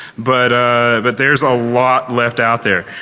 but ah but there's a lot left out there.